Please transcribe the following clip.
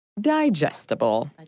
digestible